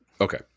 Okay